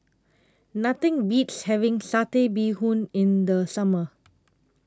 Nothing Beats having Satay Bee Hoon in The Summer